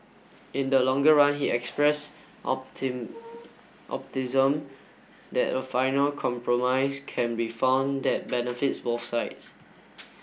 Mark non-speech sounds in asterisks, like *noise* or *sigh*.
in the longer run he expressed *unintelligible* that a final compromise can be found that benefits both sides